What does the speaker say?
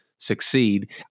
Succeed